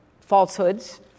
falsehoods